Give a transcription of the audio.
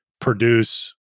produce